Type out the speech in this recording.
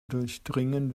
durchdringen